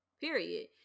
period